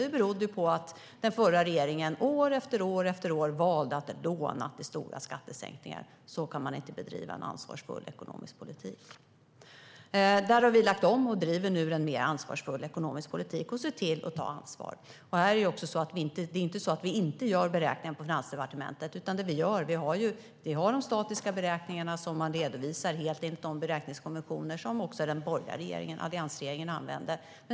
Det berodde på att den förra regeringen år efter år valde att låna till stora skattesänkningar. Så kan man inte bedriva en ansvarsfull ekonomisk politik. Vi har lagt om och driver nu en mer ansvarsfull ekonomisk politik och ser till att ta ansvar. Det är inte så att vi inte gör beräkningar på Finansdepartementet. Vi har de statiska beräkningarna som man redovisar helt enligt de beräkningskonventioner som också den borgerliga alliansregeringen använde.